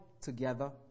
together